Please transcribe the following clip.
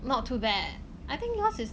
not too bad I think yours is